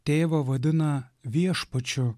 tėvą vadina viešpačiu